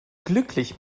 glücklich